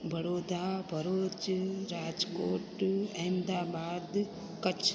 Baroda Bharuch Rajkot Ahmedabad Kutch